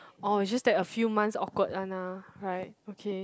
orh it's just that a few months awkward one ah right okay